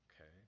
okay